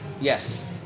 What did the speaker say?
Yes